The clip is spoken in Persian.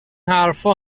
حرفها